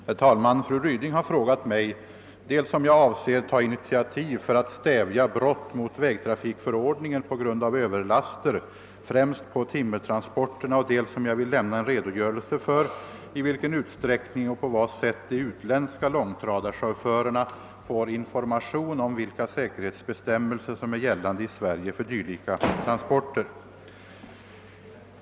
Herr talman! Fru Ryding har frågat mig dels om jag avser ta initiativ för att stävja brott mot vägtrafikförordningen på grund av Ööverlaster, främst på timmertransporterna, dels om jag vill lämna en redogörelse för i vilken utsträckning och på vad sätt de utländska långtradarchaufförerna får information om de säkerhetsbestämmelser som är gällande i Sverige för dylika transporter.